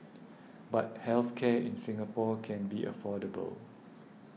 but health care in Singapore can be affordable